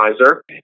advisor